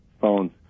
phones